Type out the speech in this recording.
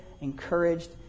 encouraged